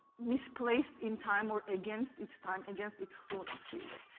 misplaced in time or against its time, against its chronos, really.